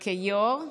כיו"ר.